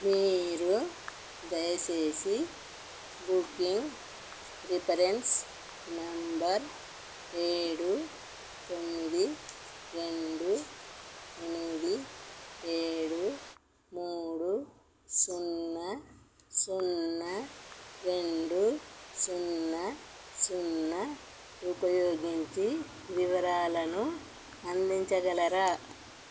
మీరు దయసేసి booking reference number ఏడు తొమ్మిది రెండు ఎనిమిది ఏడు మూడు సున్నా సున్నా రెండు సున్నా సున్నా ఉపయోగించి వివరాలను అందించగలరా